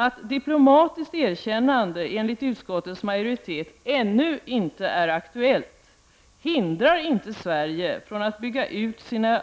Att diplomatiskt erkännande ännu inte är aktuellt, enligt utskottsmajoritetens mening, hindrar inte Sverige från att bygga ut sina